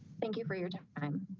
thank you for your time.